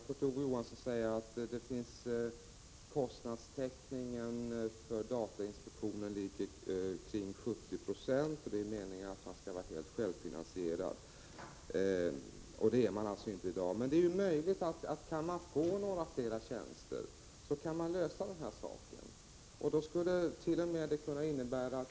Kurt Ove Johansson säger att kostnadstäckningen för 139 datainspektionen ligger kring 70 26, och det är meningen att verksamheten skall vara självfinansierad, vilket den inte är i dag. Men om man får fler tjänster är det möjligt att lösa den frågan.